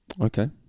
Okay